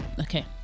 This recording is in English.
Okay